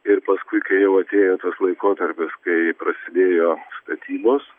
ir paskui kai jau atėjo tas laikotarpis kai prasidėjo statybos